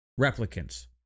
replicants